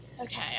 okay